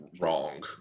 Wrong